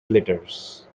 glitters